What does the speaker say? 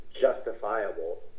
justifiable